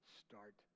start